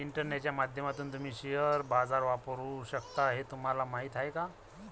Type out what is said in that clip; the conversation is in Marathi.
इंटरनेटच्या माध्यमातून तुम्ही शेअर बाजार वापरू शकता हे तुम्हाला माहीत आहे का?